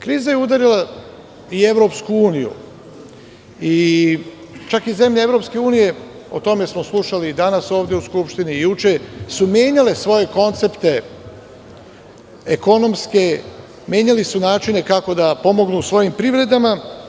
Kriza je udarila i EU i čak su i zemlje EU, o tome smo slušali i danas ovde u Skupštini i juče, su menjale svoje koncepte ekonomske, menjale su načine kako da pomognu svojim privredama.